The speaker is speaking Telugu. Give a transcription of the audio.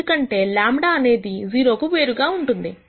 ఎందుకంటే λ అనే సంఖ్య 0 కు వేరుగా ఉంటుంది